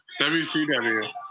wcw